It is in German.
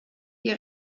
die